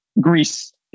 Greece